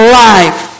life